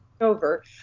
over